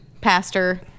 pastor